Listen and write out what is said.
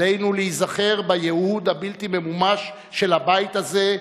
עלינו להיזכר בייעוד הבלתי-ממומש של הבית הזה,